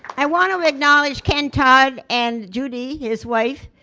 i want to acknowledge ken todd and judy his wife,